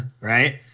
right